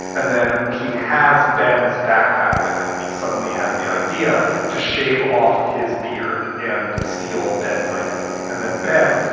and then he has ben's backpack with him and he suddenly has the idea to shave off his beard and steal ben's identity. and then ben,